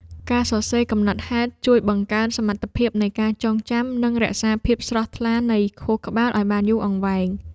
ការសរសេរកំណត់ហេតុជួយបង្កើនសមត្ថភាពនៃការចងចាំ និងរក្សាភាពស្រស់ថ្លានៃខួរក្បាលឱ្យបានយូរអង្វែង។